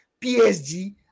PSG